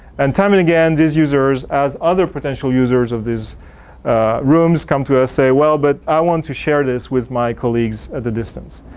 and time and again these users, as other potential users of these rooms come to us say, well, but i want to share this with my colleagues at a distance.